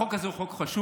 החוק הזה הוא חוק חשוב.